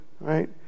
right